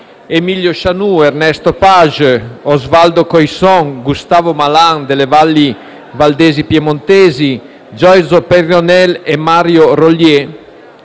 (Emilio Chanoux, Ernesto Page, Osvaldo Coïsson, Gustavo Malan delle valli valdesi piemontesi, Giorgio Peyronel e Mario Rollier)